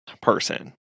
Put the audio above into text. person